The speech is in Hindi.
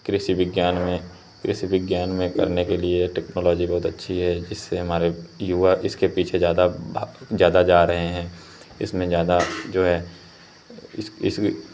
कृषि विज्ञान में कृषि विज्ञान में करने के लिए टेक्नॉलोजी बहुत अच्छी है इससे हमारे युवा इसके पीछे ज़्यादा भाग ज़्यादा जा रहे हैं इसमें ज़्यादा जो है इस इसी